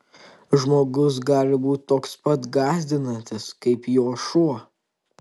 žmogus gali būti toks pats gąsdinantis kaip juo šuo